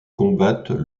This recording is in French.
combattent